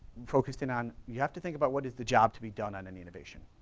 focused in on you have to think about what is the job to be done on any innovation,